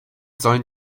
sollen